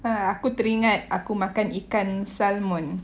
ah aku teringat aku makan ikan salmon